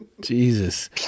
Jesus